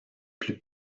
plus